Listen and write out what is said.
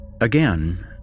Again